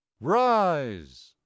rise